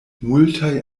multaj